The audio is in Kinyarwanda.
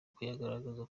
kuyagaragaza